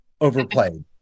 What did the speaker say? overplayed